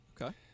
okay